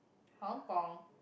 Hong-Kong